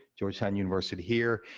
georgetown university here.